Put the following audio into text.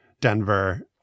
Denver